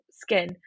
skin